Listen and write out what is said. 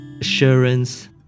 assurance